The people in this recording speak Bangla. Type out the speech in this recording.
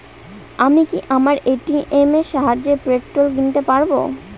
আমি কি আমার এ.টি.এম এর সাহায্যে পেট্রোল কিনতে পারব?